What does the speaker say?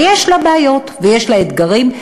יש לה בעיות ויש לה אתגרים,